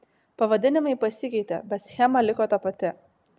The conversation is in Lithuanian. pavadinimai pasikeitė bet schema liko ta pati